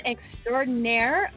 Extraordinaire